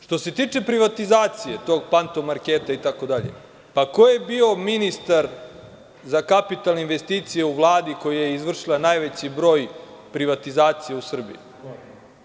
Što se tiče privatizacije tog „Panta marketa“ itd, ko je bio ministar za kapitalne investicije u Vladi koja je izvršila najveći broj privatizacija u Srbiji?